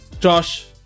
Josh